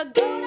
go